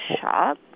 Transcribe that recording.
shop